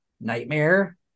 nightmare